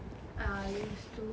I used to